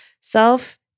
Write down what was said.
self